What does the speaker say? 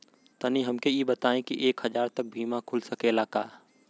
तनि हमके इ बताईं की एक हजार तक क बीमा खुल सकेला का?